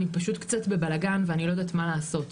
אני פשוט קצת בבלאגן ואני לא יודעת מה לעשות,